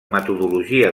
metodologia